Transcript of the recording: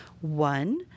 One